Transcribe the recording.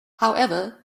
however